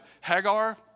Hagar